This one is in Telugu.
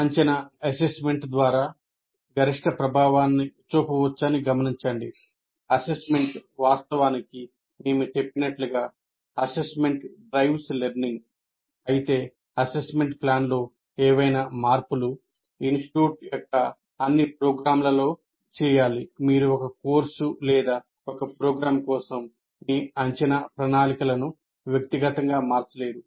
అంచనా ' అయితే అసెస్మెంట్ ప్లాన్లో ఏవైనా మార్పులు ఇన్స్టిట్యూట్ యొక్క అన్ని ప్రోగ్రామ్లలో చేయాలి మీరు ఒక కోర్సు లేదా ఒక ప్రోగ్రామ్ కోసం మీ అంచనా ప్రణాళికలను వ్యక్తిగతంగా మార్చలేరు